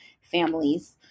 families